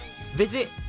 Visit